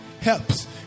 helps